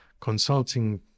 consulting